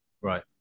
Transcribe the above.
right